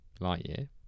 Lightyear